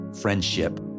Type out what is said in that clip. friendship